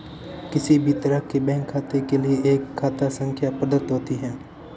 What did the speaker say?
किसी भी तरह के बैंक खाते के लिये एक खाता संख्या प्रदत्त होती है